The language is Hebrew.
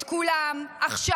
את כולם, עכשיו.